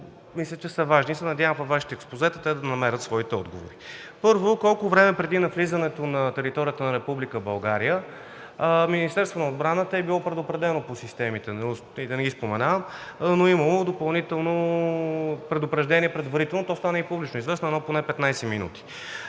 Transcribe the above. мисля, че са важни и се надявам във Вашите експозета те да намерят своите отговори. Първо, колко време преди навлизането на територията на Република България Министерството на отбраната е било предупредено по системите, да не ги споменавам, но е имало допълнително предупреждение предварително. То стана и публично известно – поне едно 15 минути.